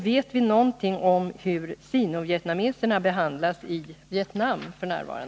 Vet vi något om hur sino-vietnameserna behandlas i Vietnam f. n.?